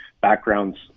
backgrounds